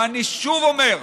ואני שוב אומר: